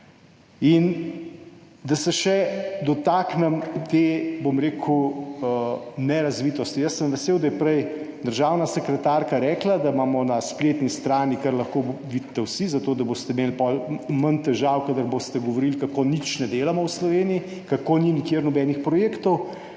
Da se dotaknem še te nerazvitosti. Jaz sem vesel, da je prej državna sekretarka rekla, da imamo na spletni strani, kar lahko vidite vsi, zato, da boste imeli pol manj težav, kadar boste govorili o tem, kako nič ne delamo v Sloveniji, kako ni nikjer nobenih projektov.